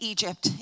Egypt